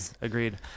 agreed